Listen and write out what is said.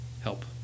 help